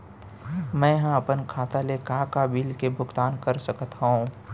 मैं ह अपन खाता ले का का बिल के भुगतान कर सकत हो